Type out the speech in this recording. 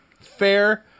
Fair